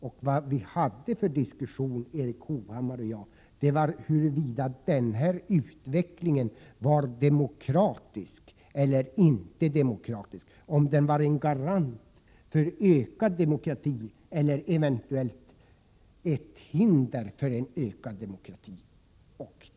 Erik Hovhammar och jag förde en diskussion om huruvida denna utveckling var demokratisk eller inte och huruvida den var en garant för ökad demokrati eller eventuellt ett hinder för en ökad demokrati.